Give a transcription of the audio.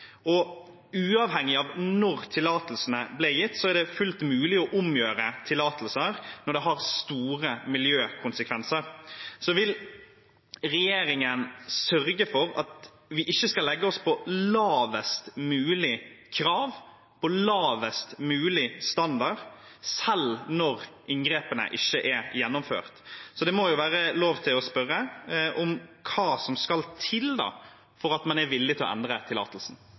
og uavhengig av når tillatelsene ble gitt, er det fullt mulig å omgjøre tillatelser når det har store miljøkonsekvenser. Vil regjeringen sørge for at vi ikke skal legge oss på lavest mulig krav og lavest mulig standard, selv når inngrepene ikke er gjennomført? Det må være lov til å spørre om hva som skal til for at man er villig til å endre